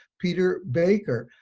peter baker.